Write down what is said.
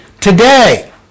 today